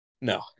No